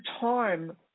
time